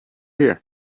here